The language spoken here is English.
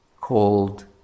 called